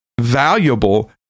valuable